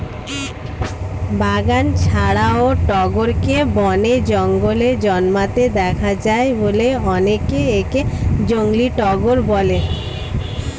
বাগান ছাড়াও টগরকে বনে, জঙ্গলে জন্মাতে দেখা যায় বলে অনেকে একে জংলী টগর বলে